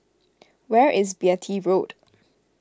where is Beatty Road